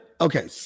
okay